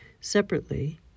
Separately